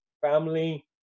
family